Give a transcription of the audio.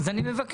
אז אני מבקש.